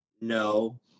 no